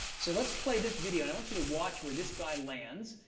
so let's play this video, and i want you to watch where this guy lands.